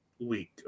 week